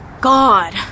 God